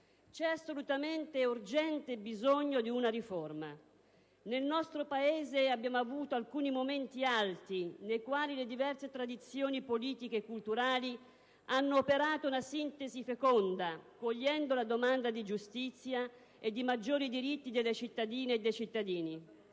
C'è assolutamente e urgente bisogno di una riforma. Nel nostro Paese abbiamo avuto alcuni momenti alti, nei quali le diverse tradizioni politiche e culturali hanno operato una sintesi feconda, cogliendo la domanda di giustizia e di maggiori diritti delle cittadine e dei cittadini.